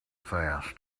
fast